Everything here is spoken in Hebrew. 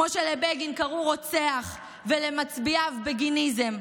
כמו שלבגין קראו רוצח ולמצביעיו בגיניזם.